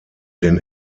den